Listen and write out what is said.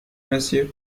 monsieur